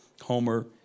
Homer